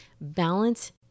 balance